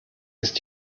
ist